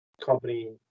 company